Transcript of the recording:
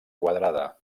quadrada